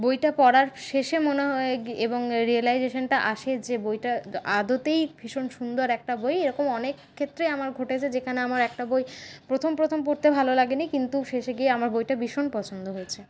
বইটা পড়ার শেষে মনে হয় এবং রিয়েলাইজেশানটা আসে যে বইটা আদতেই ভীষণ সুন্দর একটা বই এরম অনেকক্ষেত্রেই আমার ঘটেছে যে যেখানে আমার একটা বই প্রথম প্রথম পড়তে ভালো লাগেনি কিন্তু শেষে গিয়ে আমার বইটা ভীষণ পছন্দ হয়েছে